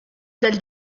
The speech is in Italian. del